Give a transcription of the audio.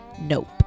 Nope